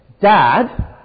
Dad